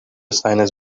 sinus